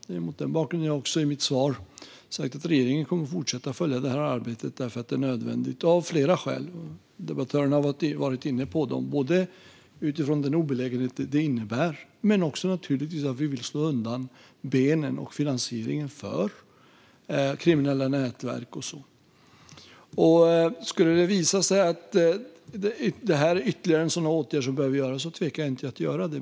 Det är mot den bakgrunden jag i mitt svar sa att regeringen kommer att fortsätta arbetet därför att det är nödvändigt av flera skäl. Debattörerna har varit inne på dem, både utifrån den olägenhet de innebär och för att vi vill slå undan benen och finansieringen för kriminella nätverk. Skulle det visa sig att ytterligare åtgärder behöver vidtas kommer jag inte att tveka att göra det.